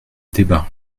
débat